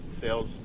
sales